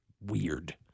weird